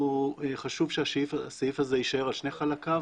חשוב שהסעיף הזה יישאר על שני חלקיו.